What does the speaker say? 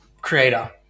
creator